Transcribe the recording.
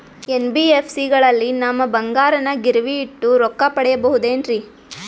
NBFC ಗಳಲ್ಲಿ ನಮ್ಮ ಬಂಗಾರನ ಗಿರಿವಿ ಇಟ್ಟು ರೊಕ್ಕ ಪಡೆಯಬಹುದೇನ್ರಿ?